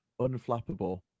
unflappable